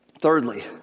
Thirdly